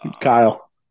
Kyle